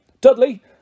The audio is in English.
Dudley